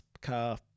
car